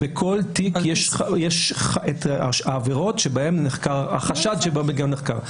בכל תיק יש את החשד שבו האדם נחקר.